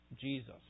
Jesus